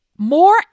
More